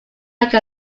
like